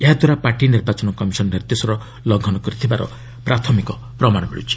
ଏହାଦ୍ୱାରା ପାର୍ଟି ନିର୍ବାଚନ କମିଶନ୍ ନିର୍ଦ୍ଦେଶର ଲଙ୍ଘନ କରିଥିବାର ପ୍ରାଥମିକ ପ୍ରମାଣ ମିଳ୍ଚିଛି